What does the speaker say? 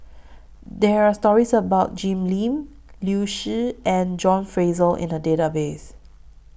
There Are stories about Jim Lim Liu Si and John Fraser in The Database